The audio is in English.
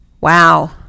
Wow